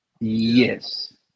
Yes